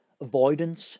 avoidance